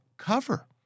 cover